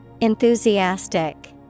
Enthusiastic